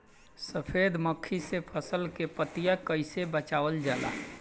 सफेद मक्खी से फसल के पतिया के कइसे बचावल जाला?